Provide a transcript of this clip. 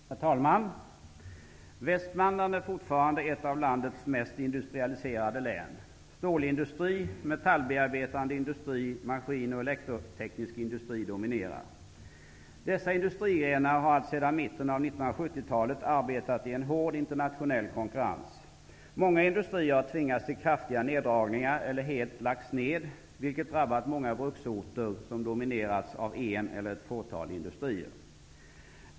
Herr talman! Västmanland är fortfarande ett av landets mest industrialiserade län. Stålindustri, metallbearbetande industri, maskin och elektroteknisk industri dominerar. Dessa industrigrenar har alltsedan mitten av 1970-talet arbetat i en hård internationell konkurrens. Många industrier har tvingats till kraftiga neddragningar eller helt lagts ned, vilket drabbat många bruksorter som dominerats av en eller ett fåtal industrier.